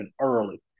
early